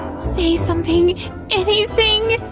say something anything!